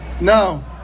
no